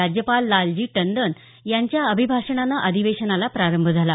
राज्यपाल लालजी टंडन यांच्या अभिभाषणानं अधिवेशनाला प्रारंभ झाला